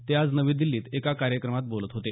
ते आज नवी दिल्लीत एका कार्यक्रमात बोलत होते